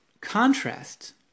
contrast